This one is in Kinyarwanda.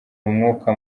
umwuka